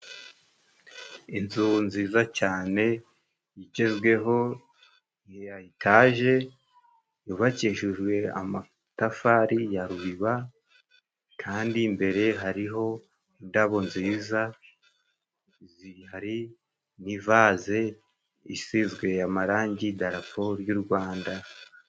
Inzu nziza cyane igezweho ya itaje yubakishijwe amatafari ya Ruriba kandi mbere hariho indabo nziza zihari n'ivaze isizwe amarangi y'idarapo ry'Urwanda.